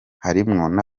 harimwo